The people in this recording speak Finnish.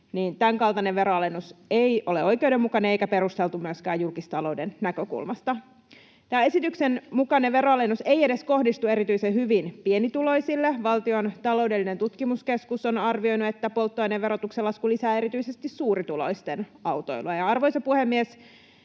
tämänkaltainen veroalennus ei ole oikeudenmukainen eikä perusteltu myöskään julkistalouden näkökulmasta. Tämän esityksen mukainen veroalennus ei edes kohdistu erityisen hyvin pienituloisille. Valtion taloudellinen tutkimuskeskus on arvioinut, että polttoaineverotuksen lasku lisää erityisesti suurituloisten autoilua. Arvoisa puhemies!